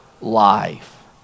life